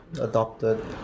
adopted